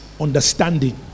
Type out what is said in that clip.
understanding